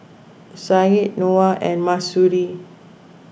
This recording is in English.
Said Noah and Mahsuri